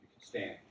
stand